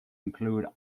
include